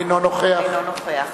אינו נוכח